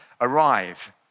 arrive